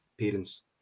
parents